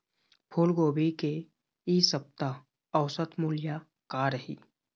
फूलगोभी के इ सप्ता औसत मूल्य का रही?